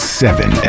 seven